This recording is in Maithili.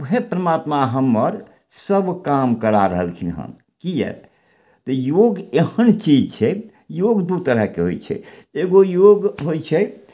वएह परमात्मा हम्मर सब काम करा रहलखिन हन किएक तऽ योग एहन चीज छै योग दू तरहके होइ छै एगो योग होइ छै